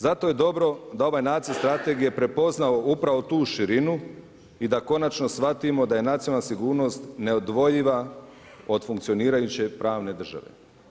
Zato je dobro da ovaj nacrt strategije prepoznao upravo tu širinu i da konačno shvatimo da je nacionalna sigurnost neodvojiva od funkcionirajuće pravne države.